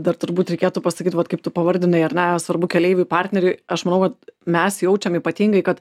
dar turbūt reikėtų pasakyti vat kaip tu pavardinai ar ne svarbu keleiviui partneriui aš manau kad mes jaučiam ypatingai kad